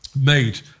made